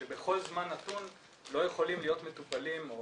שבכל זמן נתון לא יכולים להיות מטופלים או